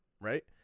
Right